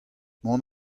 mont